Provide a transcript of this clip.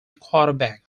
quarterback